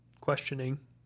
questioning